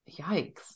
yikes